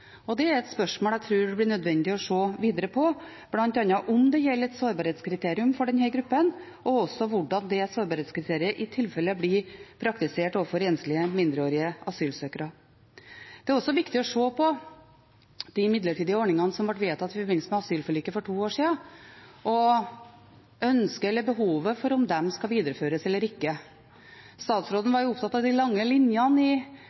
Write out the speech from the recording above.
Det er et spørsmål jeg tror det blir nødvendig å se videre på, bl.a. om det gjelder et sårbarhetskriterium for denne gruppen, og også hvordan det sårbarhetskriteriet i tilfelle blir praktisert overfor enslige mindreårige asylsøkere. Det er også viktig å se på de midlertidige ordningene som ble vedtatt i forbindelse med asylforliket for to år siden, og ønsket om – eller behovet for – at de skal videreføres eller ikke. Statsråd Listhaug var opptatt av de lange linjene i